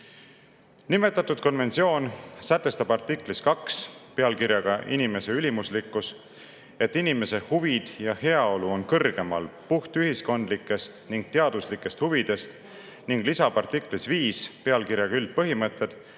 austamine. Nimetatud konventsioon sätestab artiklis 2 pealkirjaga "Inimese ülimuslikkus", et inimese huvid ja heaolu on kõrgemal puhtühiskondlikest ja -teaduslikest huvidest, ning lisab artiklis 5 pealkirjaga "Üldpõhimõtted",